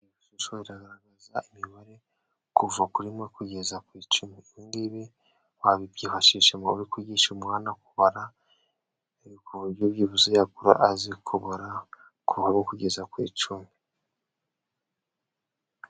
Ishusho iragaragaza imibare, kuva kuri rimwe kugeza ku icumi, ibingibi wabibyifashisha mu buryo bwo kwigisha umwana kubara, ku buryo byibuze yakura azi kubara kuva kuri rimwe kugeza ku icumi.